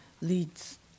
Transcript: leads